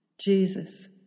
Jesus